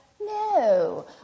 No